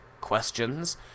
questions